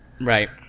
Right